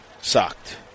Sucked